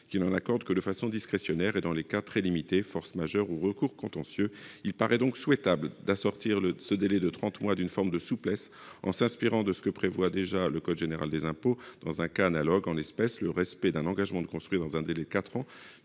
n'en accordent que de façon discrétionnaire et dans des cas très limités- force majeure, ou recours contentieux. Il paraît donc souhaitable d'assortir ce délai de trente mois d'une forme de souplesse en s'inspirant de ce que prévoit déjà le code général des impôts dans un cas analogue- en l'espèce, le respect d'un engagement de construire dans un délai de quatre